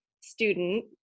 student